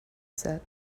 said